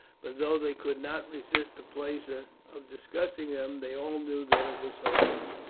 but though they could not resist the pleasure of discussing them, they all knew that it was hopeless.